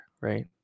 Right